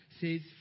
says